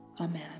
amen